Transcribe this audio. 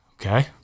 Okay